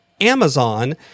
Amazon